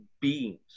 beings